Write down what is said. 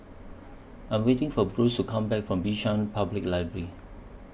I Am waiting For Bruce to Come Back from Bishan Public Library